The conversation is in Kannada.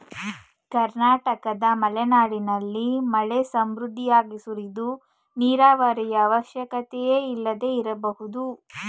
ಕರ್ನಾಟಕದ ಮಲೆನಾಡಿನಲ್ಲಿ ಮಳೆ ಸಮೃದ್ಧಿಯಾಗಿ ಸುರಿದು ನೀರಾವರಿಯ ಅವಶ್ಯಕತೆಯೇ ಇಲ್ಲದೆ ಇರಬಹುದು